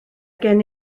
gen